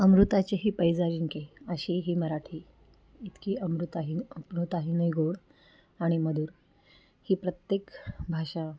अमृतातेही पैजा जिंके अशी ही मराठी इतकी अमृताही अमृताहूनही गोड आणि मधुर ही प्रत्येक भाषा